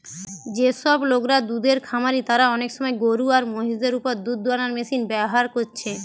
যেসব লোকরা দুধের খামারি তারা অনেক সময় গরু আর মহিষ দের উপর দুধ দুয়ানার মেশিন ব্যাভার কোরছে